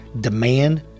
demand